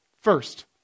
First